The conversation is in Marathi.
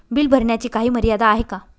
बिल भरण्याची काही मर्यादा आहे का?